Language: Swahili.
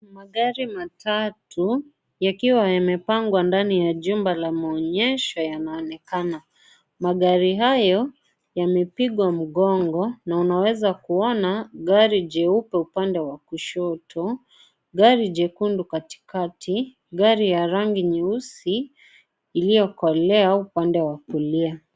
Magari matatu yakiwa yamepangwa ndani ya chumba la maoenyesho yanaonekana. Magari hayo yamepigwa mgongo na unaweza kuona gari jeupe upande wa kushoto, gari jekundu katikati, gari ya rangi nyeusi iliyokolea upande wa kulia.